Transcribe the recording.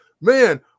man